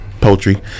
poultry